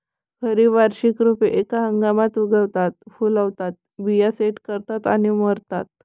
खरी वार्षिक रोपे एका हंगामात उगवतात, फुलतात, बिया सेट करतात आणि मरतात